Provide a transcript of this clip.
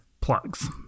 plugs